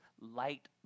light